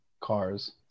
cars